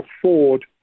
afford